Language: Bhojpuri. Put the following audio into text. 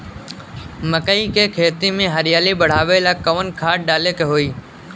मकई के खेती में हरियाली बढ़ावेला कवन खाद डाले के होई?